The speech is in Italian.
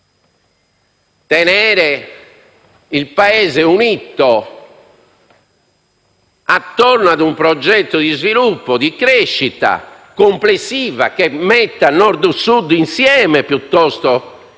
tenere il Paese unito attorno a un progetto di sviluppo e crescita complessiva, che metta Nord e Sud insieme piuttosto